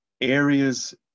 areas